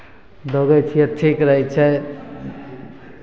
दौड़ैत छियै ठीक रहै छै